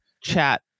chat